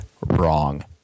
wrong